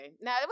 now